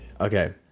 Okay